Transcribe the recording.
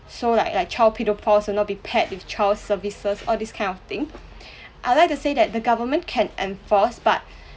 so like like child pedophiles will not be paired with child services all this kind of thing I'd like to say that the government can enforce but